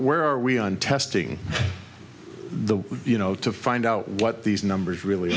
where are we on testing the you know to find out what these numbers